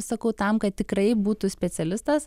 sakau tam kad tikrai būtų specialistas